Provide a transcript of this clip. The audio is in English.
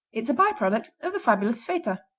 it's a by-product of the fabulous feta.